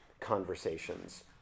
conversations